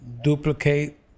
duplicate